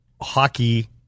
hockey